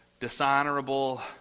dishonorable